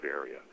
area